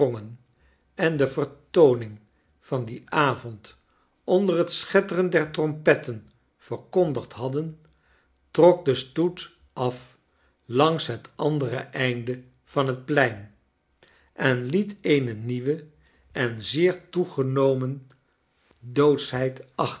en de vertooning van dien avond onder het schetteren der trompetten verkondigd hadden trok de stoet af langs het andere einde van het plein en liet eene nieuwe en zeer toegenomen doodschheid